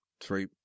three